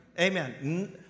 Amen